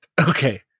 Okay